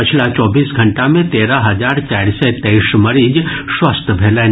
पछिला चौबीस घंटा मे तेरह हजार चारि सय तेईस मरीज स्वस्थ भेलनि